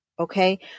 Okay